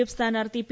F സ്ഥാനാർത്ഥി P